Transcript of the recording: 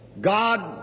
God